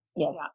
Yes